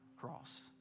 cross